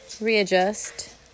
readjust